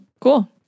Cool